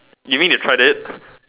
you mean you tried it